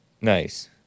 Nice